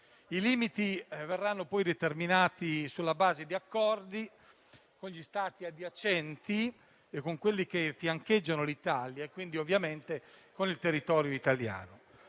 I limiti verranno poi determinati sulla base di accordi con gli Stati adiacenti e con quelli che fiancheggiano l'Italia e, quindi, ovviamente con il territorio italiano.